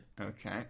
Okay